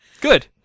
Good